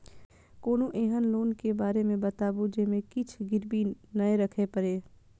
कोनो एहन लोन के बारे मे बताबु जे मे किछ गीरबी नय राखे परे?